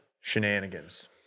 shenanigans